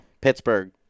Pittsburgh